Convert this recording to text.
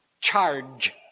charge